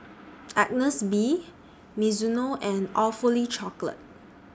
Agnes B Mizuno and Awfully Chocolate